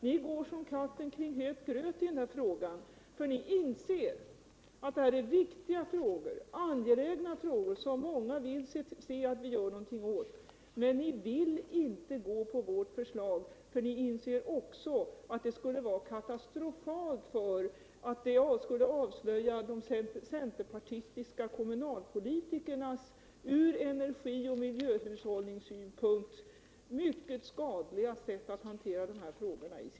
Ni går som katten kring het gröt i den här frågan, för ni inser att detta är angelägna frågor som många vill se att det görs någonting åt. Men ni vill inte gå på vårt förslag, för ni inser att det på ett katastrofalt sätt skulle avslöja de centerpartistiska kommunalpolitikernas ur miljö och energihushällningssynpunkt mycket skadliga sätt att hantera de här frågorna.